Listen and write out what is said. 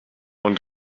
und